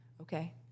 Okay